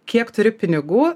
kiek turi pinigų